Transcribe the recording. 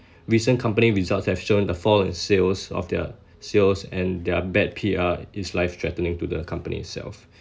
recent company results have shown the fall in sales of their sales and their bad P_R is life threatening to the company itself